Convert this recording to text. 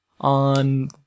on